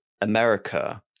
America